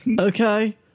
Okay